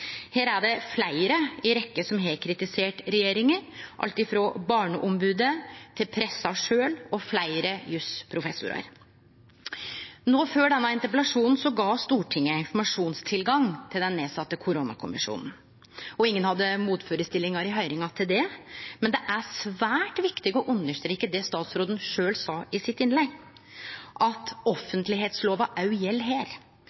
Her er det fleire i rekkje som har kritisert regjeringa, alt frå Barneombodet, pressa sjølv og fleire jussprofessorar. Før denne interpellasjonen gav Stortinget informasjonstilgang til den nedsette koronakommisjonen. Ingen hadde motførestillingar i høyringa til det. Men det er svært viktig å streke under det statsråden sjølv sa i sitt innlegg, at offentleglova òg gjeld her.